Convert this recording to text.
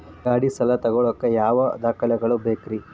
ಗಾಡಿ ಸಾಲ ತಗೋಳಾಕ ಯಾವ ದಾಖಲೆಗಳ ಬೇಕ್ರಿ?